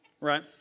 Right